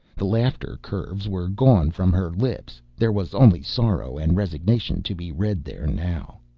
the laughter curves were gone from her lips there was only sorrow and resignation to be read there now.